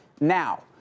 now